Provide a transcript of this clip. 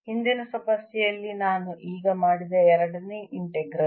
ಹಿಂದಿನ ಸಮಸ್ಯೆಯಲ್ಲಿ ನಾನು ಈಗ ಮಾಡಿದ ಎರಡನೆಯ ಇಂಟಿಗ್ರಲ್